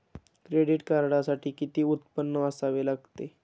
Credit कार्डसाठी किती उत्पन्न असावे लागते?